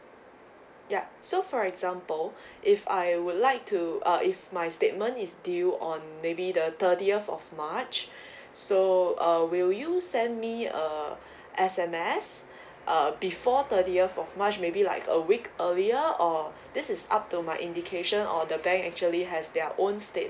yeah so for example if I would like to uh if my statement is due on maybe the thirtieth of march so uh will you send me a S_M_S uh before thirtieth of march maybe like a week earlier or this is up to my indication or the back actually has their own statement